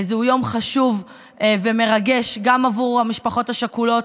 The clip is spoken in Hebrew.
זהו יום חשוב ומרגש, גם בעבור המשפחות השכולות,